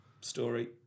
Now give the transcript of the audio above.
story